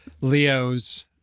Leo's